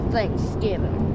Thanksgiving